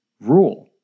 rule